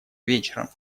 вечером